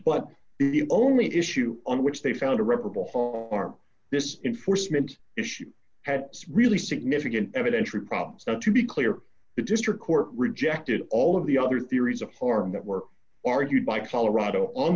but the only issue on which they found a repertoire are this enforcement issue had really significant evidentiary problems not to be clear the district court rejected all of the other theories of harm that were argued by colorado on